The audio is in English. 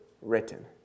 written